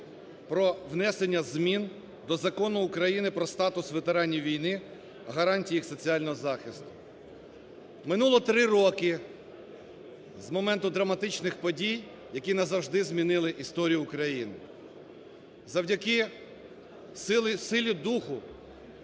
про внесення змін до Закону України "Про статус ветеранів війни, гарантії їх соціального захисту". Минуло три роки з моменту драматичних подій, які назавжди змінили історію України. Завдяки силі духу